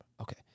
Okay